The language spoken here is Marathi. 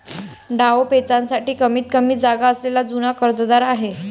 डावपेचांसाठी कमीतकमी जागा असलेला जुना कर्जदार आहे